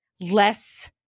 less